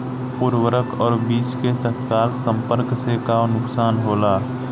उर्वरक और बीज के तत्काल संपर्क से का नुकसान होला?